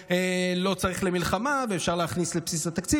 צריך למלחמה ואפשר להכניס לבסיס התקציב,